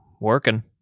working